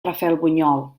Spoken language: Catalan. rafelbunyol